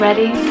Ready